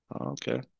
Okay